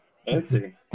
Fancy